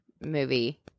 movie